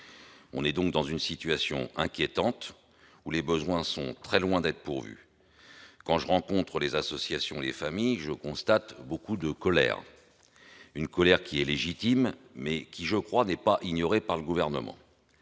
On est donc dans une situation inquiétante, où les besoins sont très loin d'être pourvus. Quand je rencontre les associations et les familles, je constate beaucoup de colère, une colère qui est légitime, mais qui, à mon sens, n'est pas ignorée par le Gouvernement.